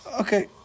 Okay